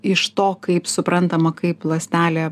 iš to kaip suprantama kaip ląstelė